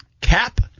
cap